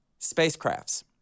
Spacecrafts